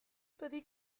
byddi